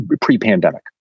pre-pandemic